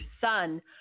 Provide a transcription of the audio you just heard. son